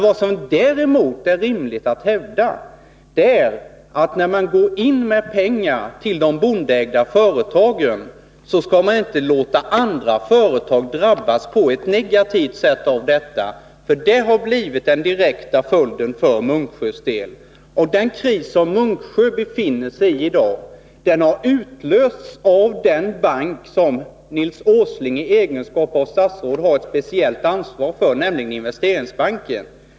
Vad som däremot är rimligt att hävda är att man när man går in med pengar till de bondeägda företagen inte bör låta andra företag drabbas på ett negativt sätt av detta, ty det har blivit den direkta följden för Munksjös del. Den kris som Munksjö AB befinner sig i i dag har utlösts av den bank som Nils Åsling i egenskap av statsråd har ett speciellt ansvar för, nämligen Investeringsbanken.